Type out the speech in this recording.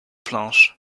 planches